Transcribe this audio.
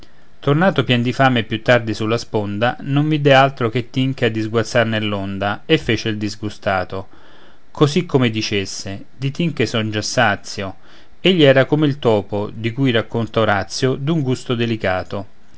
tornato pien di fame più tardi sulla sponda non vide altro che tinche a diguazzar nell'onda e fece il disgustato così come dicesse di tinche son già sazio egli era come il topo di cui racconta orazio d'un gusto delicato